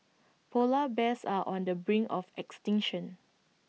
Polar Bears are on the brink of extinction